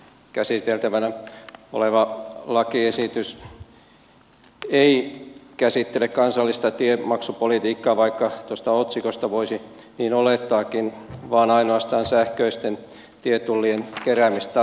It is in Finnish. käsiteltävänä oleva lakiesitys ei käsittele kansallista tiemaksupolitiikkaa vaikka tuosta otsikosta voisi niin olettaakin vaan ainoastaan sähköisten tietullien keräämistapaa